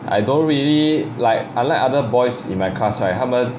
I don't really like unlike other boys in my class right 他们